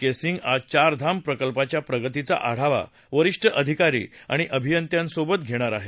के सिंग आज चारधाम प्रकल्पाच्या प्रगतीचा आढावा वरिष्ठ अधिकारी आणि अभियंत्यांसोबत घेणार आहेत